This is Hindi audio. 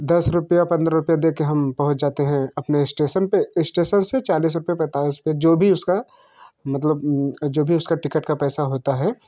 दस रुपये पंद्रह रुपये दे कर हम पहुँच जाते हैं अपने स्टेसन पर इस्टेसन से चालीस रुपये पैंतालीस रुपये जो भी उसका मतलब जो भी उसका टिकट का पैसा होता है